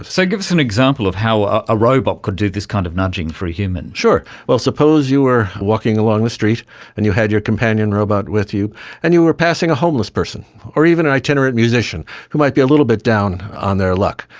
so give us an example of how a robot could do this kind of nudging for a human. sure. well, suppose you are walking along the street and you had your companion robot with you and you were passing a homeless person or even an itinerant musician who might be a little bit down on their luck.